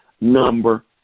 number